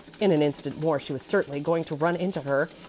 in an instant more she was certainly going to run into her.